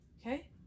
Okay